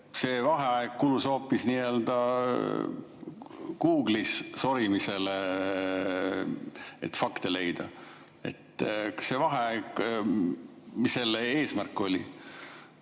see vaheaeg kulus hoopis Google'is sorimisele, et fakte leida. See vaheaeg, mis selle eesmärk oli?